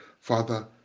Father